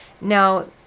now